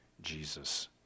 Jesus